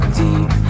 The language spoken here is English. deep